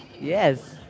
Yes